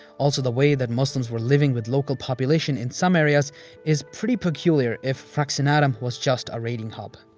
also, the way that muslims were living with local population in some areas is pretty peculiar if fraxinetum was just a raiding hub.